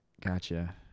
Gotcha